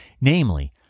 namely